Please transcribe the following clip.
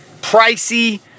pricey